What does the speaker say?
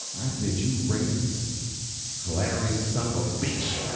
i said, you racist hilarious son of a bitch.